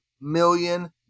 million